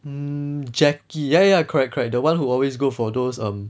mm jacky ya ya correct correct the one who always go for those um